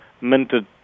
minted